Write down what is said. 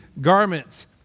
garments